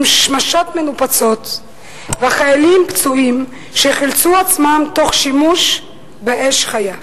עם שמשות מנופצות וחיילים פצועים שחילצו עצמם תוך שימוש באש חיה.